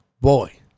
Boy